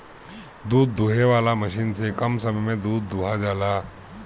दूध दूहे वाला मशीन से कम समय में दूध दुहा जाला